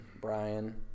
Brian